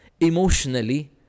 emotionally